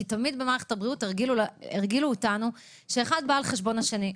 כי תמיד במערכת הבריאות הרגילו אותנו שהאחד בא על חשבון השני.